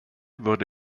wurde